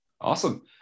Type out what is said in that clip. Awesome